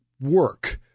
work